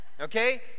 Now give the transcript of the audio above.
okay